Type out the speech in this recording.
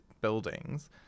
buildings